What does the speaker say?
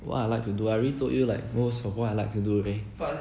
what I like to do I already told you like most of what I like to do leh